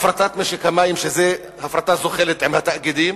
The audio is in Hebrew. הפרטת משק המים, שזו הפרטה זוחלת עם התאגידים,